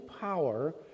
power